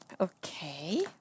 Okay